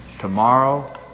Tomorrow